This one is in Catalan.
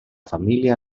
família